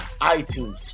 iTunes